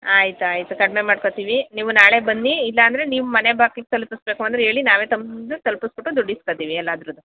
ಆಯ್ತು ಆಯಿತು ಕಡಿಮೆ ಮಾಡ್ಕೊತೀವಿ ನೀವು ನಾಳೆ ಬನ್ನಿ ಇಲ್ಲಾಂದರೆ ನಿಮ್ಮ ಮನೆ ಬಾಗ್ಲಿಗ್ ತಲುಪಿಸ್ಬೇಕು ಅಂದರೆ ಹೇಳಿ ನಾವೇ ತಂದು ತಲ್ಪಿಸ್ಬಿಟ್ಟು ದುಡ್ಡು ಇಸ್ಕೋತೀವಿ ಎಲ್ಲದ್ರದ್ದು